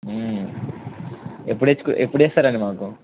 ఎప్పుడు వచ్చు ఎప్పుడు వేస్తారు అండి మాకు